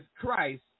Christ